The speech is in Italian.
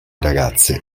ragazze